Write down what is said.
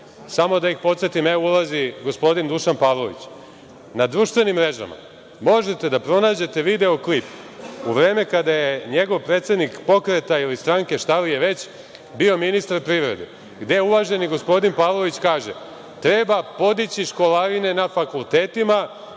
samo da ih podsetim, evo ulazi gospodin Dušan Pavlović na društvenim mrežama možete da pronađete video klip u vreme kada je njegov predsednik pokreta ili stranke, šta li je već, bio ministar privrede, gde uvaženi gospodin Pavlović kaže „Treba podići školarine na fakultetima